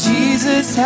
Jesus